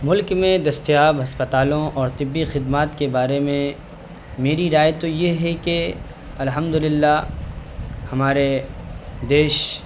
ملک میں دستیاب اسپتالوں اور طبی خدمات کے بارے میں میری رائے تو یہ ہے کہ الحمد اللہ ہمارے دیش